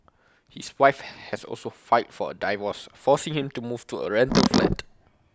his wife has also filed for A divorce forcing him to move to A rental flat